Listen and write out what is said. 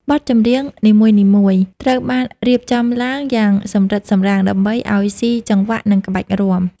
បទចម្រៀងនីមួយៗត្រូវបានរៀបចំឡើងយ៉ាងសម្រិតសម្រាំង ដើម្បីឱ្យស៊ីចង្វាក់នឹងក្បាច់រាំ។